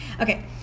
Okay